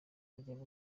bajyanye